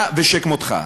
אתה ושכמותך.